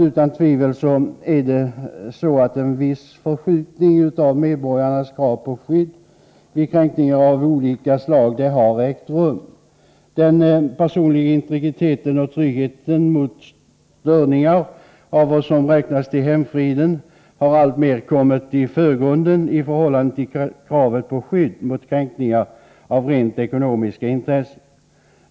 Utan tvivel har en viss förskjutning av medborgarnas krav på skydd vid kränkningar av olika slag ägt rum. Den personliga integriteten och tryggheten mot störningar av vad som räknas till hemfriden har alltmer kommit i förgrunden, i förhållande till kravet på skydd mot kränkningar av rent ekonomiska intressen.